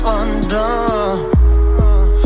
undone